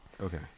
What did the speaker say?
Okay